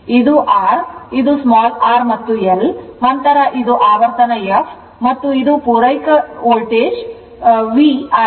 ಇದು R ಇದು r ಮತ್ತು L ನಂತರ ಇದು ಆವರ್ತನ f ಮತ್ತು ಇದು ಪೂರೈಕೆ ವೋಲ್ಟೇಜ್ V ಆಗಿದೆ